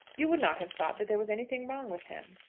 you would not have thought that there was anything wrong with him.